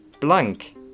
blank